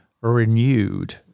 renewed